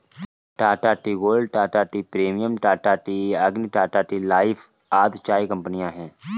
Tata tea gold, Tata tea premium, Tata tea Agni, Tata tea life आदि चाय कंपनियां है